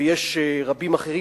ויש רבים אחרים.